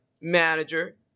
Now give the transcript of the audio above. manager